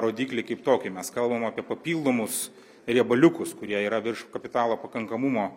rodiklį kaip tokį mes kalbam apie papildomus riebaliukus kurie yra virš kapitalo pakankamumo